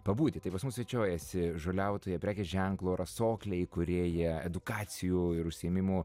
pabūti tai pas mus svečiuojasi žoliautoja prekės ženklo rasoklė įkūrėja edukacijų ir užsiėmimų